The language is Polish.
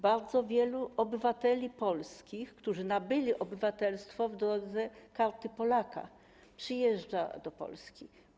Bardzo wielu obywateli polskich, którzy nabyli obywatelstwo w drodze Karty Polaka, przyjeżdża do Polski.